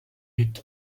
est